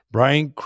Brian